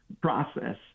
process